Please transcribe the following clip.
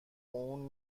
اون